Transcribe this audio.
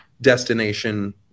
destination